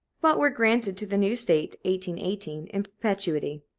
but were granted to the new state in perpetuity.